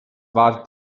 wartet